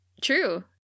True